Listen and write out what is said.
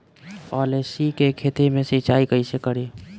अलसी के खेती मे सिचाई कइसे करी?